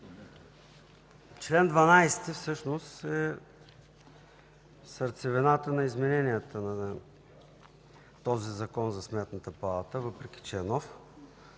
Член 12 всъщност е сърцевината на изменението в този Закон за Сметната палата. Въпреки че е нов,